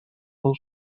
will